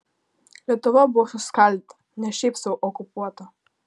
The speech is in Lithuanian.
lietuva buvo suskaldyta ne šiaip sau okupuota